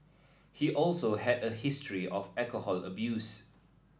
he also had a history of alcohol abuse